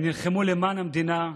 הם נלחמו למען המדינה,